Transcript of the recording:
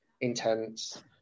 intense